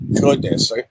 goodness